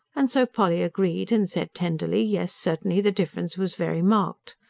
and so polly agreed, and said tenderly yes, certainly, the difference was very marked.